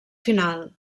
final